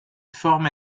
forment